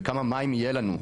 וכמה מים יהיה לנו,